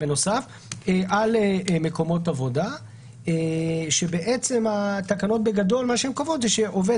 זה על מקומות עבודה שבעצם בגדול התקנות קובעות זה שעובד